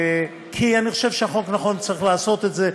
כי אני חושב שהחוק נכון ושצריך לעשות את זה,